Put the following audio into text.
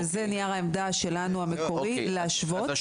זה נייר העמדה שלנו המקורי להשוות.